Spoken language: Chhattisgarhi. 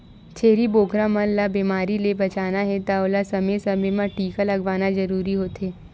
छेरी बोकरा मन ल बेमारी ले बचाना हे त ओला समे समे म टीका लगवाना जरूरी होथे